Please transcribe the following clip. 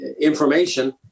information